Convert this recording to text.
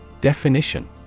Definition